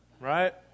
Right